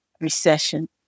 recession